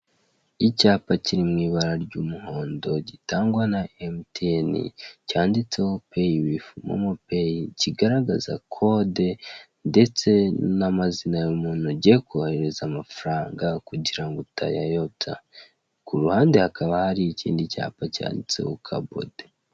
Icyapa kiri mu ibara ry'umuhondo gitangwa na MTN cyanditseho pay with momo pay kigaragaza kode ndetse n'amazina y'umuntu ugiye koherereza amafaranga kugira ngo utayayobya, kuruhande hakaba hari ikindi cyapa cyanditseho kabode.